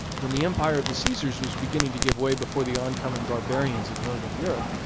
when the empire of the caesars was beginning to give way before the oncoming barbarians of northern europe,